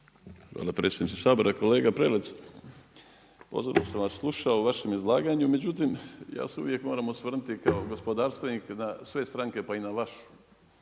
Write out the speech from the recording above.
Hvala predsjedniče Sabora. Kolega Prelec, pozorno sam vas slušao u vašem izlaganju, međutim ja se uvijek moram osvrnuti kao gospodarstvenik na sve stranke pa i na vašu,